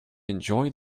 enjoy